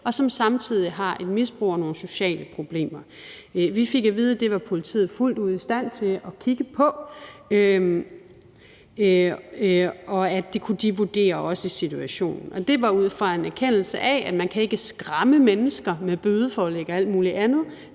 på sig, som er beregnet til videresalg. Vi fik at vide, at det var politiet fuldt ud i stand til at kigge på, og at de kunne vurdere det, også i situationen. Det var ud fra en erkendelse af, at man ikke kan skræmme mennesker med bødeforelæg og alt muligt andet